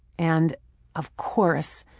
and of course,